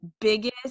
biggest